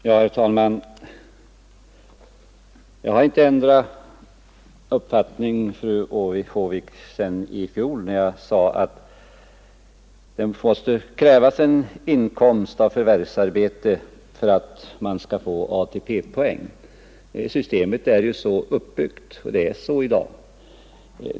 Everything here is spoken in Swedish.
Herr talman! Jag har inte ändrat uppfattning, fru Håvik, sedan i fjol, när jag sade att det måste krävas en inkomst av förvärvsarbete för att man skall få ATP-poäng. Systemet är ju så uppbyggt i dag.